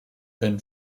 pin